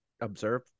observe